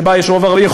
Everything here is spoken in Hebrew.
שבה יש רוב ערבי.